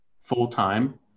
full-time